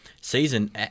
season